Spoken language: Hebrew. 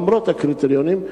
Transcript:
למרות הקריטריונים,